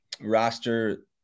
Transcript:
roster –